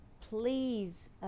please